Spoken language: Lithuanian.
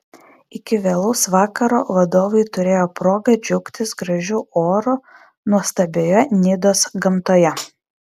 iki vėlaus vakaro vadovai turėjo progą džiaugtis gražiu oru nuostabioje nidos gamtoje